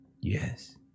Yes